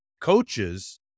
coaches